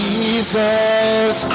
Jesus